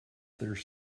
there